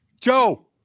Joe